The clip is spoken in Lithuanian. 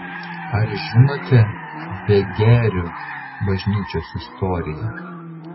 ar žinote vegerių bažnyčios istoriją